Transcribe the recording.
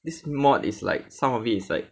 this mod is like some of it is like